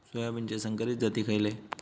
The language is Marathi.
सोयाबीनचे संकरित जाती खयले?